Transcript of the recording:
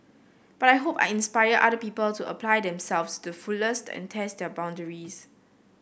but I hope I inspire other people to apply themselves to fullest and test their boundaries